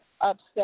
upset